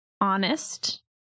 honest